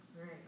Right